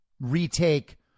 retake